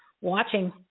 watching